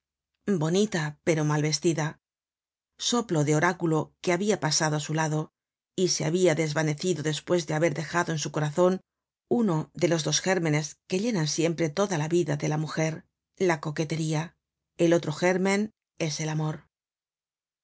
bonita pero mal vestida soplo de oráculo que habia pasado á su lado y se habia desvanecido despues de haber dejado en su corazon uno de los dos gérmenes que llenan siempre toda la vida dela mujer la coquetería el otro gérmen es el amor